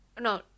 no